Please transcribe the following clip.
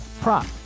prop